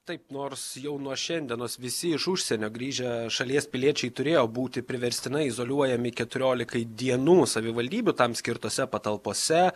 taip nors jau nuo šiandienos visi iš užsienio grįžę šalies piliečiai turėjo būti priverstinai izoliuojami keturiolikai dienų savivaldybių tam skirtose patalpose